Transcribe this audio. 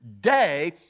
day